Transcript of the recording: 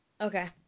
Okay